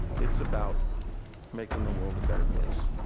it's about making the world a better place.